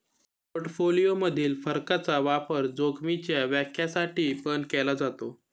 portfolio मधील फरकाचा वापर जोखीमीच्या व्याख्या साठी पण केला जातो